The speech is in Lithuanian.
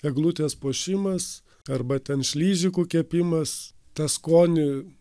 eglutės puošimas arba ten šližikų kepimas tą skonį